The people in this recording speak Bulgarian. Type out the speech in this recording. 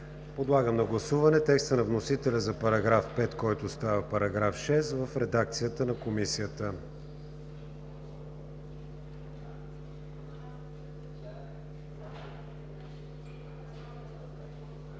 Подлагам на гласуване текста на вносителя за § 5, който става § 6, в редакцията на Комисията.